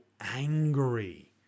angry